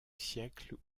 siècle